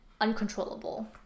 uncontrollable